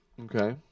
okay